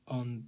on